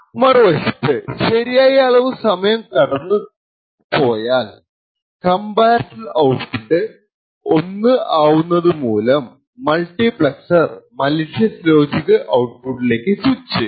മറുവശത്ത് ശരിയായ അളവ് സമയം കഴിഞ്ഞുപോയാൽ കമ്പാരട്ടർ ഔട്ട്പുട്ട് 1 ആവുനതുമൂലം മൾട്ടിപ്ളെക്സർ മലീഷ്യസ് ലോജിക് ഔട്ട്പുട്ട്ലേക്ക് സ്വിച്ച് ചെയ്യും